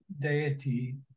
deity